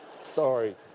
Sorry